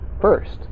first